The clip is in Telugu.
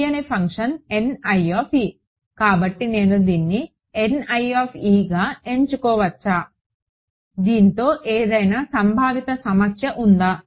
తెలియని ఫంక్షన్ కాబట్టి నేను దీన్ని గా ఎంచుకోవచ్చా దీనితో ఏదైనా సంభావిత సమస్య ఉందా